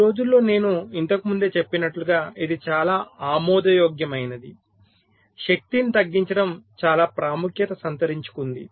ఈ రోజుల్లో నేను ఇంతకు ముందే చెప్పినట్లుగా ఇది చాలా ఆమోదయోగ్యమైనది శక్తిని తగ్గించడం చాలా ప్రాముఖ్యత సంతరించుకుంది